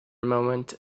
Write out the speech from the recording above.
moment